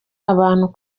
abantu